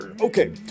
Okay